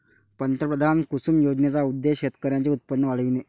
पंतप्रधान कुसुम योजनेचा उद्देश शेतकऱ्यांचे उत्पन्न वाढविणे